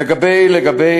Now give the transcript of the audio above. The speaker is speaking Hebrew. לגבי